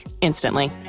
instantly